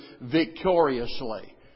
victoriously